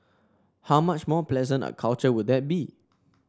how much more pleasant a culture would that be